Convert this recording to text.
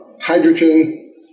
hydrogen